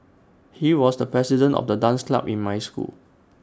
he was the president of the dance club in my school